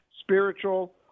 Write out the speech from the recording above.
spiritual